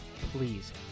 please